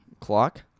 Clock